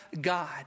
God